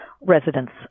residents